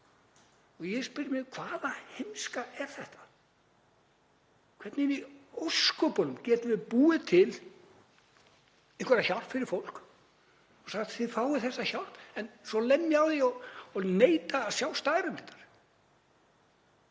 Ég spyr: Hvaða heimska er þetta? Hvernig í ósköpunum getum við búið til einhverja hjálp fyrir fólk og sagt: Þið fáið þessa hjálp, en lemja svo á því og neita að sjá staðreyndirnar?